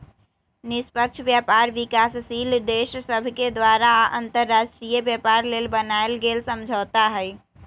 निष्पक्ष व्यापार विकासशील देश सभके द्वारा अंतर्राष्ट्रीय व्यापार लेल बनायल गेल समझौता हइ